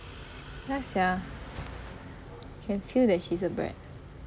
ya sia can feel that she's a brat